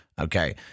okay